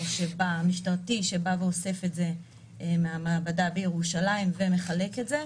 משטרתי שבא ואוסף את זה מהמעבדה בירושלים ומחלק את זה.